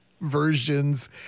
versions